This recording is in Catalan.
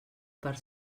per